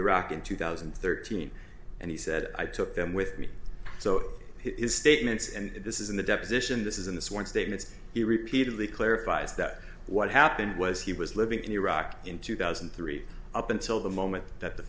iraq in two thousand and thirteen and he said i took them with me so his statements and this is in the deposition this is in the sworn statements he repeatedly clarifies that what happened was he was living in iraq in two thousand and three up until the moment that the